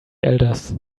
elders